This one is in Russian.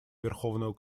верховного